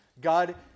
god